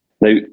Now